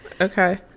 Okay